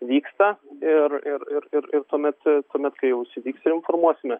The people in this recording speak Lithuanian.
vyksta ir ir ir ir ir tuomet tuomet kai jau jis įvyks ir informuosime